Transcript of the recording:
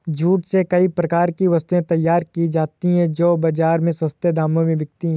jute से कई प्रकार की वस्तुएं तैयार की जाती हैं जो बाजार में सस्ते दामों में बिकती है